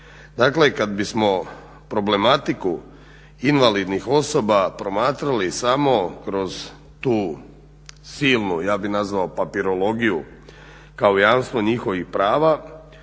Dakle, kad bismo problematiku invalidnih osoba promatrali samo kroz tu silnu, ja bih nazvao papirologiju kako jamstvo njihovih prava